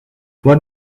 what